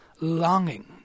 longing